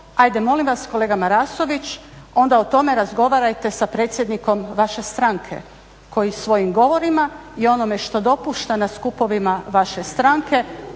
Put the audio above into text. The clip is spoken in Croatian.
ajde molim vas kolega Marasović onda o tome razgovarajte sa predsjednikom vaše stranke koji svojim govorima i onome što dopušta na skupovima vaše stranke